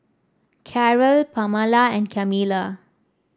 Carrol Pamala and Camila